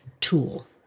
tool